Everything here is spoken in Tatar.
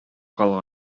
калган